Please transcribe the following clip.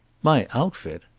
my outfit!